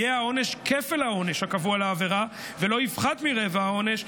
יהיה העונש כפל העונש הקבוע לעבירה ולא יפחת מרבע העונש,